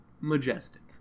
majestic